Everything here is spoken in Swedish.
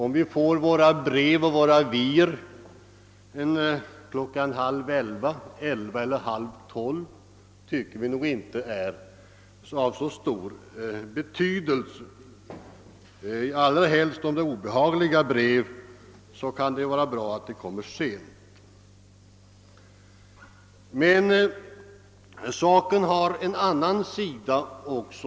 Om vi får våra brev och avier klockan halv 11, klockan 11 eller klockan halv 12 tycker vi inte är av så stor betydelse — särskilt om det gäller obehagliga brev kan det vara bättre ju senare de kommer. Men saken har också en annan sida.